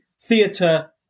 theatre